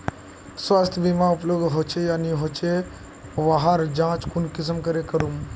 स्वास्थ्य बीमा उपलब्ध होचे या नी होचे वहार जाँच कुंसम करे करूम?